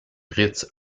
fritz